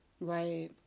Right